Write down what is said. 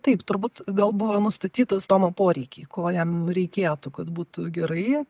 taip turbūt gal buvo nustatytas tomo poreikiai ko jam reikėtų kad būtų gerai